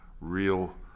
real